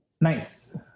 nice